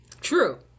True